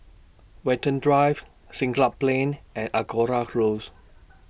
Watten Drive Siglap Plain and Angora Close